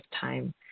time